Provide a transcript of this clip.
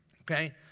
Okay